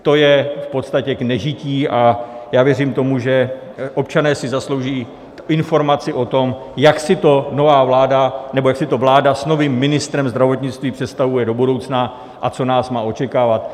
To je v podstatě k nežití a já věřím tomu, že občané si zaslouží informaci o tom, jak si to nová vláda nebo jak si to vláda s novým ministrem zdravotnictví představuje do budoucna a co nás má očekávat.